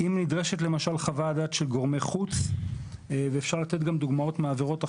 אם נדרשת למשל חוות דעת של גורמי חוץ ואפשר לתת דוגמאות מעבירות אחרות,